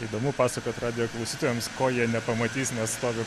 įdomu pasakot radio klausytojams ko jie nepamatys nes stoviu